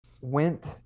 went